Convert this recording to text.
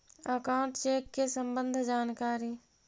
Account check के सम्बन्ध जानकारी?